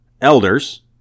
elders